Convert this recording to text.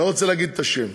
אני לא רוצה להגיד את השם.